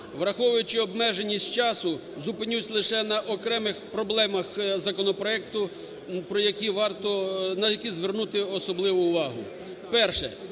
Враховуючи обмеженість часу, зупинюсь лише на окремих проблемах законопроекту, про які варто, на які звернути особливу увагу. Перше.